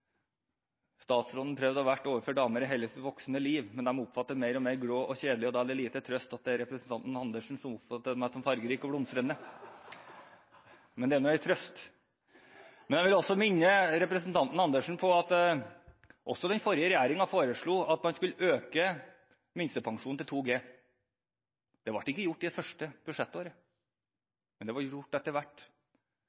statsråden prøvd å være overfor damer i hele sitt voksne liv, men de oppfatter ham som stadig mer grå og kjedelig, og da er det liten trøst at det er representanten Andersen som oppfatter meg som «fargerik og blomstrende» – men det er nå en trøst! Jeg vil også minne representanten Andersen om at også den forrige regjeringen foreslo at man skulle øke minstepensjonen til 2 G. Det ble ikke gjort i det første budsjettåret,